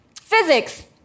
physics